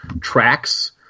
tracks